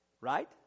right